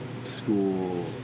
school